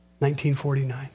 1949